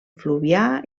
fluvià